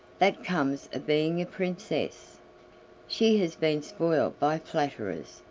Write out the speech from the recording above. that comes of being a princess she has been spoiled by flatterers,